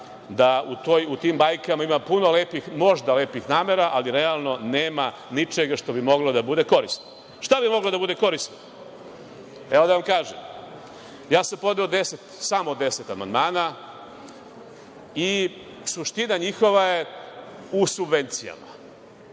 da u tim bajkama ima puno lepih, možda lepih namera, ali realno nema ničega što bi moglo da bude korisno. Šta bi moglo da bude korisno? Da vam kažem. Podneo sam deset, samo deset amandmana, i suština njihova je u subvencijama,